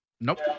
Nope